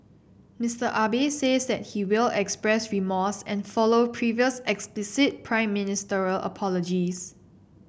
Mister Abe says that he will express remorse and follow previous explicit Prime Ministerial apologies